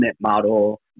model